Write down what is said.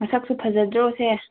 ꯃꯁꯛꯁꯨ ꯐꯖꯗ꯭ꯔꯣ ꯁꯦ